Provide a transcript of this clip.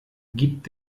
gibt